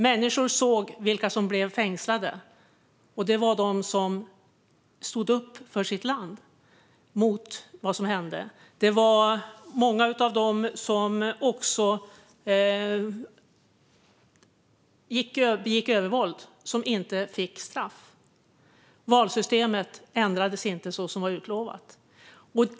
Människor såg vilka som blev fängslade; det var de som stod upp för sitt land mot vad som hände. Många av dem som använde övervåld fick inget straff. Valsystemet ändrades inte som utlovat.